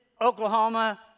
Oklahoma